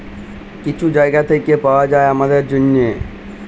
কিছু জায়গা থ্যাইকে পাউয়া যায় আমাদের জ্যনহে